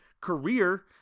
career